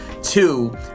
two